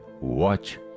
watch